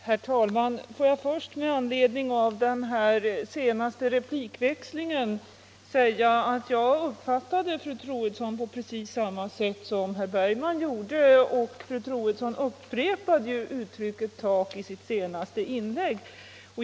Herr talman! Får jag till att börja med, med anledning av den senaste replikväxlingen, säga att jag uppfattade fru Troedsson på precis samma sätt som herr Bergman i Göteborg gjorde. Och fru Troedsson upprepade ju uttrycket ”tak” i sitt senaste inlägg.